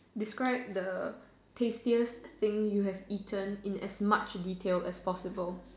describe the tastiest thing you have eating in as much detail as possible